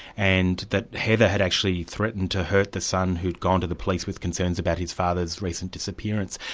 and that heather had actually threatened to hurt the son who'd gone to the police with concerns about his father's recent disappearance.